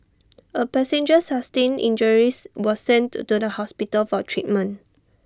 A passenger sustained injuries was sent to to the hospital for treatment